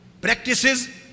Practices